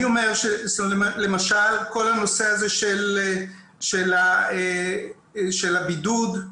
למשל כל הנושא של הבידוד,